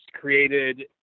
created